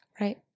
Right